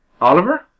Oliver